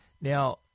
Now